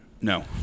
No